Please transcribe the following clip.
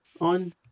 on